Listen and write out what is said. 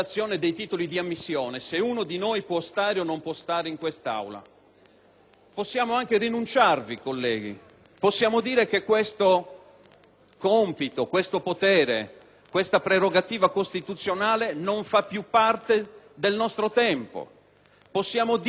Possiamo anche rinunciarvi, colleghi, possiamo dire che questo compito, questo potere, questa prerogativa costituzionale non fa più parte del nostro tempo. Possiamo dire, però, che non siamo all'altezza di applicare l'articolo 66 della Costituzione?